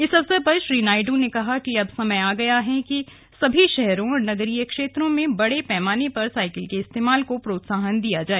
इस अवसर पर श्री नायड ने कहा कि अब समय आ गया है जब सभी शहरों और नगरीय क्षेत्रों में बड़े पैमाने पर साइकिल के इस्तेमाल को प्रोत्साहन दिया जाए